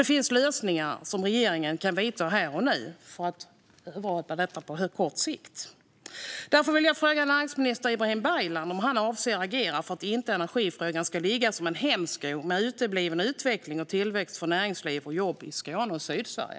Det finns åtgärder som regeringen kan vidta här och nu för att komma till rätta med detta på kort sikt. Därför vill jag fråga näringsminister Ibrahim Baylan om han avser att agera för att energifrågan inte ska ligga som en hämsko med utebliven utveckling och tillväxt för näringsliv och jobb i Skåne och Sydsverige.